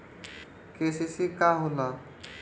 KCC का होला?